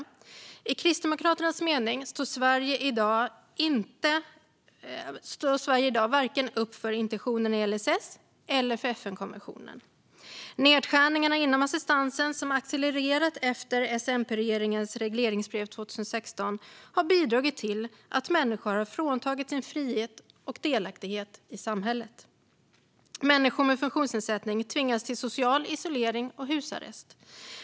Enligt Kristdemokraternas mening står Sverige i dag varken upp för intentionen i LSS eller för FN-konventionen. Nedskärningarna inom assistansen, som har accelererat efter S-MP-regeringens regleringsbrev 2016, har bidragit till att människor har fråntagits sin frihet och delaktighet i samhället. Människor med funktionsnedsättning tvingas till social isolering och husarrest.